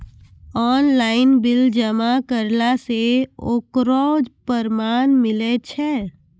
Online bill जमा करला से ओकरौ परमान मिलै छै?